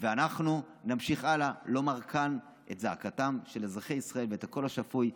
אנחנו נמשיך הלאה לומר כאן את זעקתם של אזרחי ישראל ואת הקול השפוי,